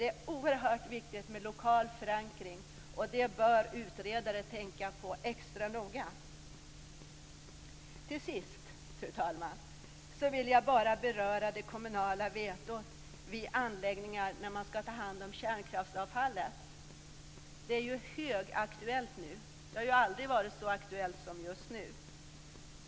Det är oerhört viktigt med lokal förankring. Det bör utredare tänka på extra noga. Till sist, fru talman, vill jag bara beröra det kommunala vetot rörande anläggningar där man ska ta hand om kärnkraftsavfallet. Det är ju högaktuellt nu. Det har aldrig varit så aktuellt som just nu.